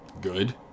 good